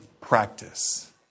practice